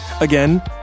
Again